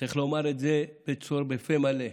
צריך לומר את זה בפה מלא,